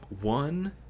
One